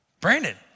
Brandon